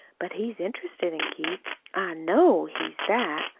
but he's interested in keith i know he's that,